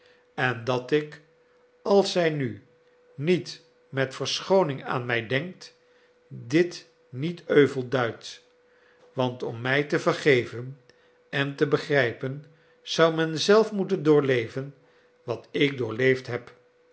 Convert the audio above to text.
en dat ik als zij nu niet met verschooning aan mij denkt dit niet euvel duid want om mij te vergeven en te begrijpen zou men zelf moeten doorleven wat ik doorleefd heb